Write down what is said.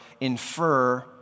infer